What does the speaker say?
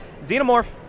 Xenomorph